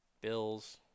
Bills